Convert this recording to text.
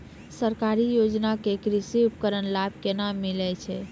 सरकारी योजना के कृषि उपकरण लाभ केना मिलै छै?